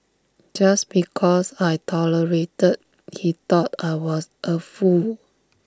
just because I tolerated he thought I was A fool